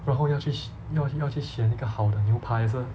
然后要去选要去要去选一个好的牛排也是